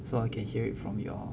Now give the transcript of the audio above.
so I can hear it from you all